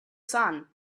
sun